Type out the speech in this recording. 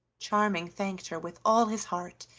charming thanked her with all his heart,